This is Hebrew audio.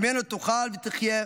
ממנו תאכל ותחיה,